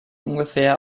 ungefähr